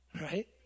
right